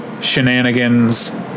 shenanigans